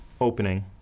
opening